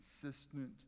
consistent